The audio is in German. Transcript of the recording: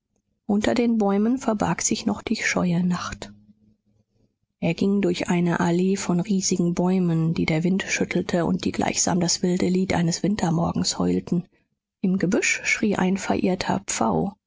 unter den bäumen verbarg sich noch die scheue nacht er ging durch eine allee von riesigen bäumen die der wind schüttelte und die gleichsam das wilde lied eines wintermorgens heulten im gebüsch schrie ein verirrter pfau